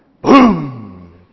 Boom